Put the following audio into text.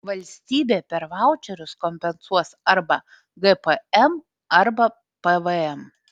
valstybė per vaučerius kompensuos arba gpm arba pvm